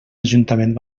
ajuntament